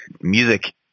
music